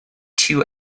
two